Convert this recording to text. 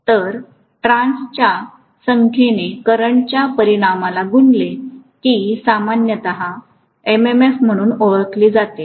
तर टर्न्स च्या संख्येने करंटच्या परिमाणाला गुणले की सामान्यत MMF म्हणून ओळखली जाते